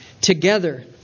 together